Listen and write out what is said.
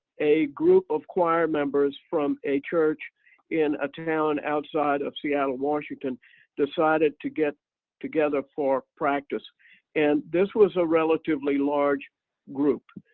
a group of choir members from a church in a town outside of seattle, washington decided to get together for practice and this was a relatively large group,